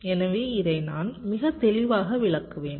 எனவே இதை நான் மிக தெளிவாக விளக்குவேன்